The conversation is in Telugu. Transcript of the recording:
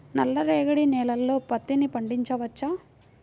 నల్ల రేగడి నేలలో పత్తి పండించవచ్చా?